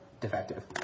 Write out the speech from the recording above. defective